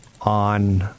on